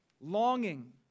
longing